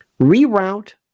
reroute